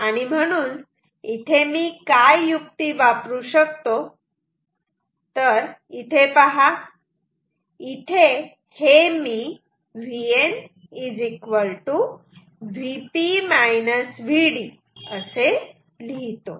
आणि म्हणून इथे मी काय युक्ती वापरू शकतो तर इथे पहा इथे हे मी V N असे लिहितो